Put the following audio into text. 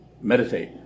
meditate